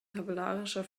tabellarischer